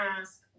ask